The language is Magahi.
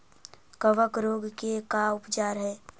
कबक रोग के का उपचार है?